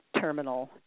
terminal